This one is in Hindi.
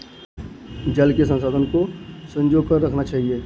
जल के संसाधन को संजो कर रखना चाहिए